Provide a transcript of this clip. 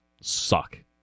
suck